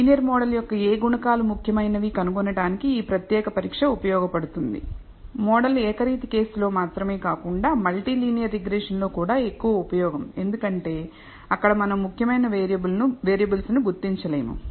linear model యొక్క ఏ గుణకాలు ముఖ్యమైనవి కనుగొనటానికి ఈ ప్రత్యేక పరీక్ష ఉపయోగపడుతుంది మోడల్ ఏకరీతి కేసులో మాత్రమే కాకుండా మల్టీ లీనియర్ రిగ్రెషన్లో కూడా ఎక్కువ ఉపయోగం ఎందుకంటే అక్కడ మనం ముఖ్యమైన వేరియబుల్స్ ను గుర్తించలేము